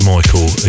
Michael